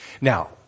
Now